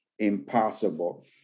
impossible